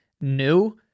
new